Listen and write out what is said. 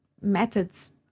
methods